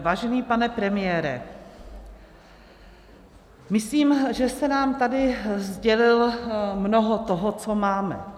Vážený pane premiére, myslím, že jste nám tady sdělil mnoho toho, co máme.